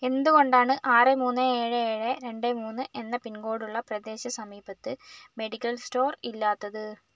എന്തുകൊണ്ടാണ് ആറ് മൂന്ന് ഏഴ് ഏഴ് രണ്ട് മൂന്ന് എന്ന പിൻകോഡുള്ള പ്രദേശ സമീപത്ത് മെഡിക്കൽ സ്റ്റോർ ഇല്ലാത്തത്